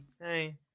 Hey